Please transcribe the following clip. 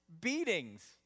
beatings